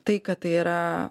tai kad tai yra